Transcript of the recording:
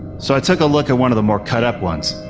so i took a look at one of the more cut up ones.